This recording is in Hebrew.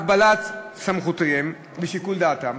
הגבלת סמכויותיהם ושיקול דעתם.